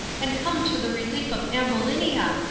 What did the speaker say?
and come to the relief of ambulinia,